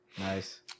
nice